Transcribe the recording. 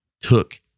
took